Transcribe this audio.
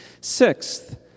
Sixth